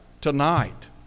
tonight